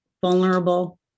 vulnerable